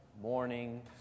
morning